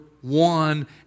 one